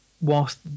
whilst